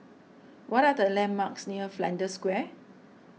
what are the landmarks near Flanders Square